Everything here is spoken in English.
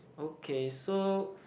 okay so